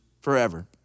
forever